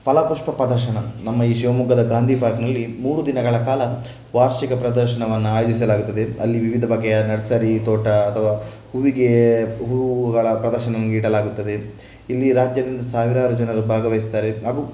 ಫಲಪುಷ್ಪ ಪ್ರದರ್ಶನ ನಮ್ಮ ಈ ಶಿವಮೊಗ್ಗದ ಗಾಂಧಿ ಪಾರ್ಕ್ನಲ್ಲಿ ಮೂರು ದಿನಗಳ ಕಾಲ ವಾರ್ಷಿಕ ಪ್ರದರ್ಶನವನ್ನು ಆಯೋಜಿಸಲಾಗುತ್ತದೆ ಅಲ್ಲಿ ವಿವಿಧ ಬಗೆಯ ನರ್ಸರಿ ತೋಟ ಅಥವಾ ಹೂವಿಗೆ ಹೂವುಗಳ ಪ್ರದರ್ಶನ ನೀಡಲಾಗುತ್ತದೆ ಇಲ್ಲಿ ರಾಜ್ಯದಿಂದ ಸಾವಿರಾರು ಜನರು ಭಾಗವಹಿಸ್ತಾರೆ ಹಾಗೂ